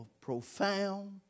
profound